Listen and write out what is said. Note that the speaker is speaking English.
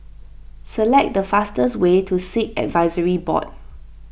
select the fastest way to Sikh Advisory Board